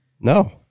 No